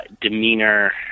demeanor